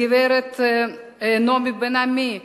לגברת נעמי בן-עמי,